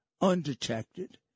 undetected